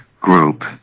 group